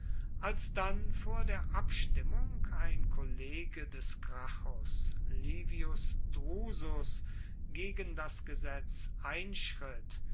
als dann vor der abstimmung ein kollege des gracchus livius drusus gegen das gesetz einschritt